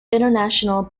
international